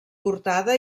portada